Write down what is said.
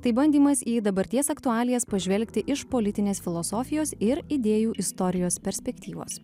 tai bandymas į dabarties aktualijas pažvelgti iš politinės filosofijos ir idėjų istorijos perspektyvos